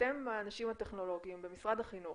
אתם האנשים הטכנולוגים במשרד החינוך,